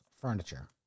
Furniture